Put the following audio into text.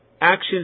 actions